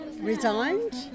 resigned